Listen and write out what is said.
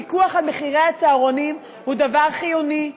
הפיקוח על מחירי הצהרונים הוא דבר חיוני.